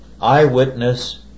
Eyewitness